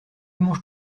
manges